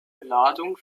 ladung